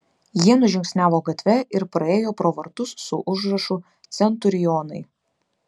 jie nužingsniavo gatve ir praėjo pro vartus su užrašu centurionai